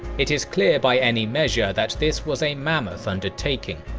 it is clear by any measure that this was a mammoth undertaking.